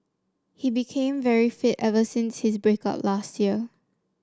he became very fit ever since his break up last year